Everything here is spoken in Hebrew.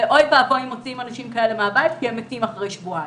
ואוי ואבוי אם מוציאים אנשים כאלה מהבית כי הם מתים אחרי שבועיים.